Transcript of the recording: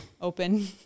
Open